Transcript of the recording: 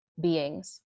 beings